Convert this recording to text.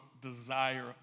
desire